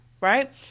right